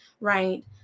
right